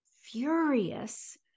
furious